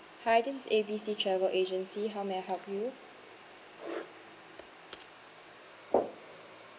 hi this A B C travel agency how may I help you